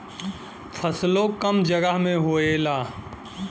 फसलो कम जगह मे होएला